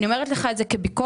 אני אומרת לך את זה כביקורת,